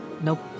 Nope